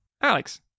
Alex